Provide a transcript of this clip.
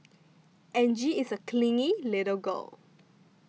Angie is a clingy little girl